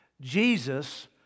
Jesus